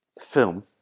film